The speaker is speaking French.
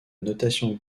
notation